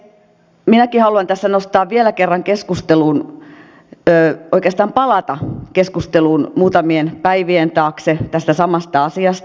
minäkin haluan tässä oikeastaan palata vielä kerran keskusteluun muutamien päivien taakse tästä samasta asiasta